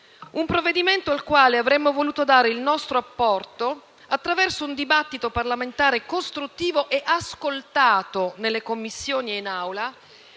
un provvedimento al quale avremmo voluto dare il nostro apporto attraverso un dibattito parlamentare costruttivo e ascoltato nelle Commissioni e in